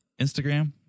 Instagram